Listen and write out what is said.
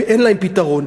אין להם פתרון.